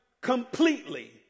completely